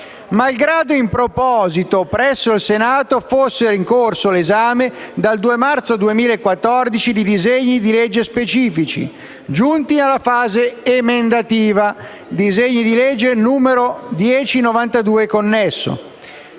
malgrado in proposito presso il Senato fossero in corso d'esame, dal 2 marzo 2014, disegni di legge specifici, giunti alla fase emendativa (disegni di legge n. 1092 e connesso)»;